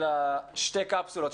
של שתי קפסולות,